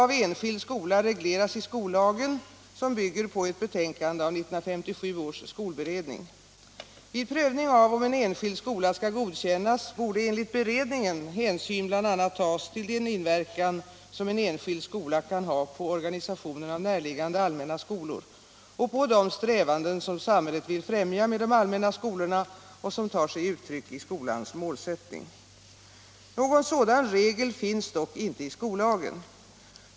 Vid prövning av om en enskild skola skall godkännas borde enligt beredningen hänsyn bl.a. tas till den inverkan som en enskild skola kan ha på organisationen av närliggande allmänna skolor och på de strävanden som samhället vill främja med de allmänna skolorna och som tar sig uttryck i skolans målsättning. Någon sådan regel finns dock inte i skollagen.